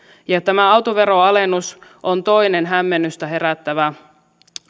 tämä autoveron alennus on toinen hämmennystä herättävä